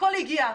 הכול הגיע,